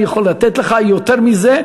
אני יכול לתת לך יותר מזה,